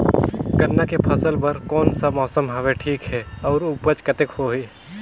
गन्ना के फसल बर कोन सा मौसम हवे ठीक हे अउर ऊपज कतेक होही?